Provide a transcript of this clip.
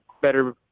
better